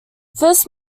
first